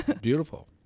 Beautiful